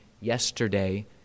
yesterday